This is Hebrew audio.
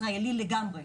ישראלית לגמרי.